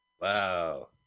wow